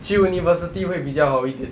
去 university 会比较好一点